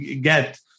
get